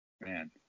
Man